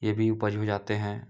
यह भी उपज़ हो जाती हैं